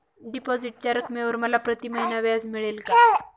डिपॉझिटच्या रकमेवर मला प्रतिमहिना व्याज मिळेल का?